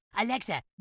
Alexa